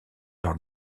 leur